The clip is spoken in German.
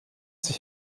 sich